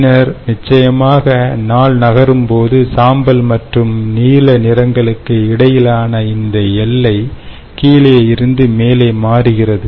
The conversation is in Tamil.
பின்னர் நிச்சயமாகநாள் நகரும்போது சாம்பல் மற்றும் நீல நிறங்களுக்கு இடையிலான இந்த எல்லை கீழே இருந்து மேலே மாறுகிறது